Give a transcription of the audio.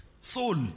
Soul